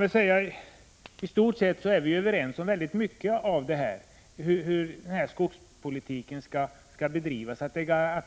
Vi är överens om mycket när det gäller hur skogspolitiken skall bedrivas. Att